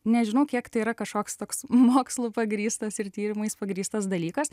nežinau kiek tai yra kažkoks toks mokslu pagrįstas ir tyrimais pagrįstas dalykas